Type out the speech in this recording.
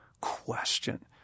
question